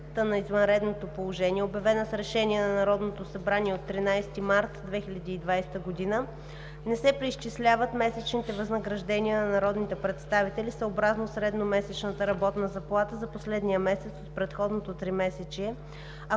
съобразно средномесечната работна заплата за последния месец от предходното тримесечие, ако така